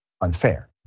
unfair